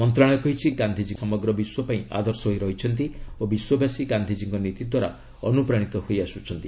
ମନ୍ତ୍ରଣାଳୟ କହିଛି ଗାନ୍ଧିଜୀ ସମଗ୍ର ବିଶ୍ୱ ପାଇଁ ଆଦର୍ଶ ହୋଇ ରହିଛନ୍ତି ଓ ବିଶ୍ୱବାସୀ ଗାନ୍ଧିଜୀଙ୍କ ନୀତିଦ୍ୱାରା ଅନୁପ୍ରାଣିତ ହୋଇ ଆସୁଛନ୍ତି